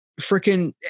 freaking